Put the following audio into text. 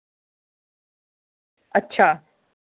अच्छा